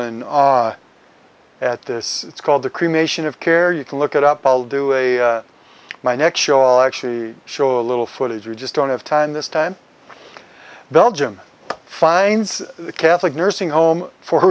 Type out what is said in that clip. and at this it's called the cremation of care you can look it up i'll do my next show actually show a little footage we just don't have time this time belgium finds the catholic nursing home for